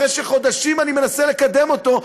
אחרי שחודשים אני מנסה לקדם אותו,